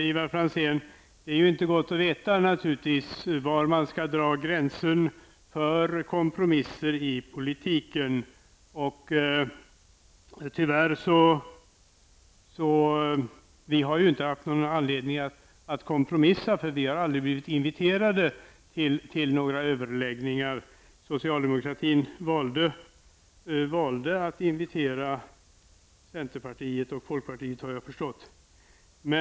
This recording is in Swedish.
Herr talman! Det är naturligtvis inte lätt att veta, Ivar Franzén, var man skall dra gränsen för kompromisser i politiken. Tyvärr har vi inte haft någon anledning att kompromissa, för vi har aldrig blivit inviterade till några överläggningar. Socialdemokratin valde såvitt jag har förstått att invitera centerpartiet och folkpartiet.